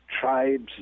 tribes